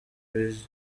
bise